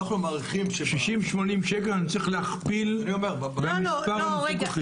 80-60 שקלים, אני צריך להכפיל במספר הפיקוחים.